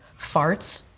farts,